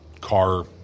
car